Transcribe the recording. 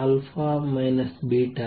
αn α β